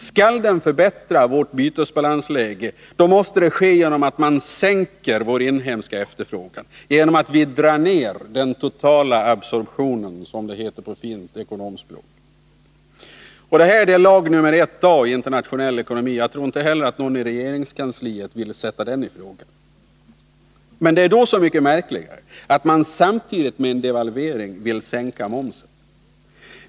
Skall den förbättra vårt bytesbalansläge, då måste det ske genom att man sänker vår inhemska efterfrågan genom att dra ned den totala absorptionen, som det heter på fint ekonomiskt språk. Detta är lag nr 1 A i internationell ekonomi, och jag tror inte att man heller i regeringskansliet vill sätta den i fråga. Det är då så mycket märkligare att man samtidigt med en devalvering vill sänka momsen.